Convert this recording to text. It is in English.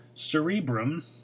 Cerebrum